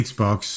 Xbox